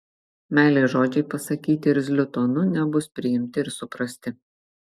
meilės žodžiai pasakyti irzliu tonu nebus priimti ir suprasti